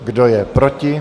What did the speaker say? Kdo je proti?